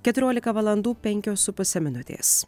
keturiolika valandų penkios su puse minutės